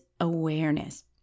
awareness